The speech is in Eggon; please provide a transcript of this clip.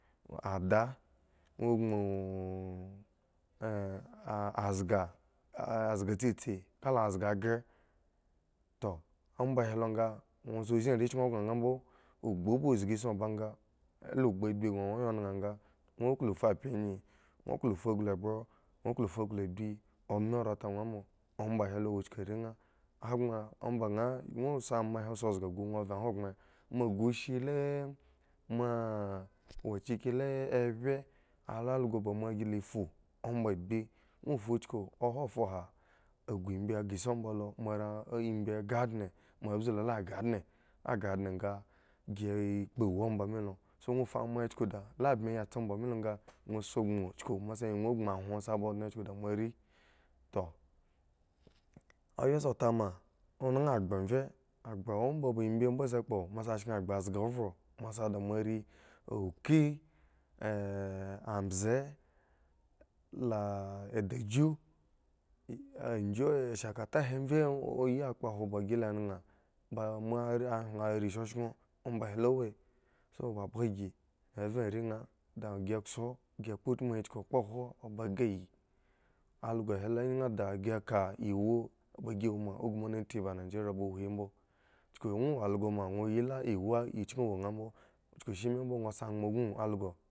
Ada ŋwwo gboŋ azhga azhga tsitsi la azhga ghre toh omba he lo nga ŋwo sa zhi are chiki gŋo ka kambo agbu bo zgigin ba nga ŋwo e la gbuagbi gno dwo ya naha nga ŋwo no fu abye ngyi ŋwo klo fu anglu bho ko oklo fu anglu agbi o mi ran ta ŋwo mo omba he lo wo chuku ae nha hogbren omba nha ŋwo si ama he si zga ghu ŋwo ven hogbren moa ghushi le moa wachiki le abye alalso ba moa gi la fu amba agbi ŋwo fu uchuku oha fuha aghumbye ghre si omba lo moare embye ghre andn moa bzu lo la aghre andne aghre andne nga gi kpo eny omba mi lo so dwo fu ama he chuku da lo bme yi tse omba mi longa dwo si gbon chuku moa sa gbon hwo ba dne chuku da moarii toh a ya sha tama o naha angbro zga vho moa shi da moa rii awkyi ah ambze la adaghu adghu ashakata he mrye o ye kpohwo ba si la naha ba moa rii hwin rii shoshon omba lo wo he so bhgabhga si me vhe are nha dasi kso si kpo utmu chuku okpohwo ba geiyi algo he ngyi dagi ka chuku ŋwo wo also ma ewu a chku ŋwo nga mbo chuku shi mbo dwo si angle gbon allgo.